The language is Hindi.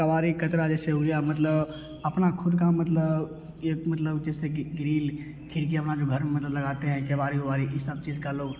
कबाड़ी कचरा जैसे हो गया है मतलब अपना खुद का मतलब एक मतलब जैसे की ग्रील खिड़कियाँ मान लो घर में मतलब लगाते हैं कबाड़ी वबाड़ी इस सब चीज़ का लोग